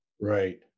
Right